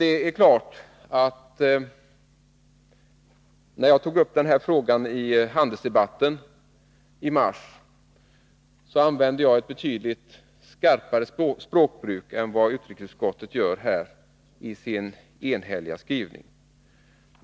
Det är klart att när jag tog upp den här frågan i handelsdebatten i mars, så hade jag ett betydligt skarpare språkbruk än vad utrikesutskottet har i sin enhälliga skrivning.